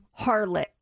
Harlot